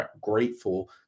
grateful